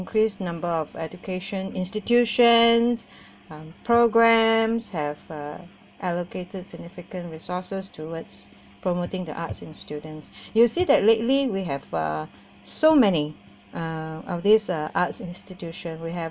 increased number of education institutions on programmes have uh allocated significant resources towards promoting the arts in students you'll see that lately we have uh so many uh of these uh arts institution we have